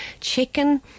Chicken